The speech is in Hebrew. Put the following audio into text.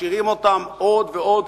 משאירים אותם עוד ועוד.